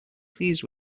pleased